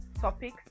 topics